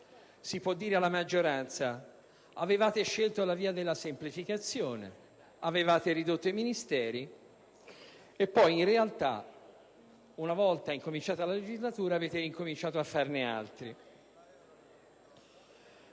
Si può dire alla maggioranza: avevate scelto la via della semplificazione e avevate ridotto i Ministeri e poi, in realtà, una volta iniziata la legislatura avete cominciato a istituirne altri.